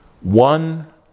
one